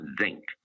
zinc